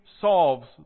solves